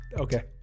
Okay